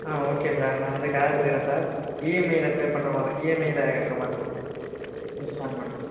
ஆ okay sir நான் வந்து car எடுத்துக்குறேன் சார் இஎம்ஐயில கட் பண்ணுற மாதிரி இஎம்ஐயில கட்டுற மாதிரி யூஸ் பண்ணலான்னு